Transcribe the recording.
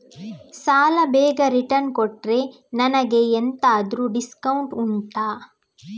ಸಾಲ ಬೇಗ ರಿಟರ್ನ್ ಕೊಟ್ರೆ ನನಗೆ ಎಂತಾದ್ರೂ ಡಿಸ್ಕೌಂಟ್ ಉಂಟಾ